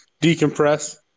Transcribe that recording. decompress